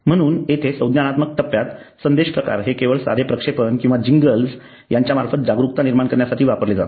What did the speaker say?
म्हणून येथे संज्ञानात्मक टप्प्यात संदेश प्रकार हे केवळ साधे प्रक्षेपण किंवा जिंगल्स यांच्या मार्फत जागरूकता निर्माण करण्यासाठी वापरले जातात